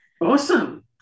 Awesome